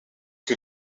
que